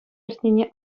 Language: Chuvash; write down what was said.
иртнине